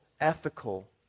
ethical